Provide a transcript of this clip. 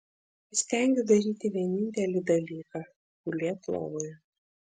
įstengiu daryti vienintelį dalyką gulėt lovoje